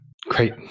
Great